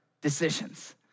decisions